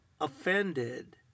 offended